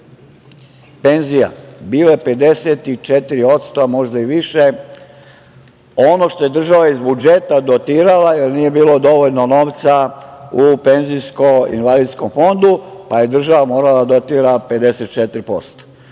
penzija bile 54%, a možda i više, ono što je država iz budžeta dotirala, jer nije bilo dovoljno novca u PIO fondu, pa je država morala da dotira 54%.